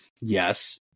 Yes